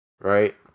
right